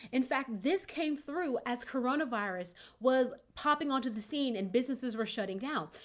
in fact, this came through as coronavirus was popping onto the scene and businesses were shutting down.